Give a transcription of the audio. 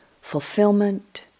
fulfillment